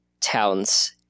Towns